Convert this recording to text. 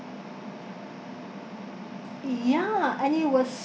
yeah and it was